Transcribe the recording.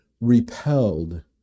repelled